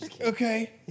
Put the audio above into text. Okay